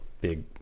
big